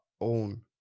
own